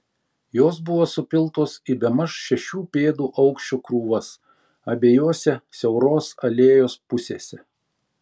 jos buvo supiltos į bemaž šešių pėdų aukščio krūvas abiejose siauros alėjos pusėse